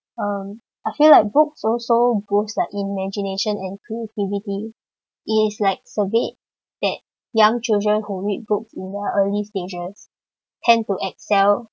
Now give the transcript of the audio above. um I feel like books also boost their imagination and creativity it is like surveyed that young children who read books in their early stages tend to excel